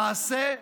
למעשה,